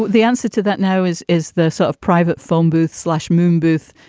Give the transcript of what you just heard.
the answer to that now is, is the sort of private phone booth, slash moon booth,